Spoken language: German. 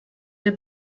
der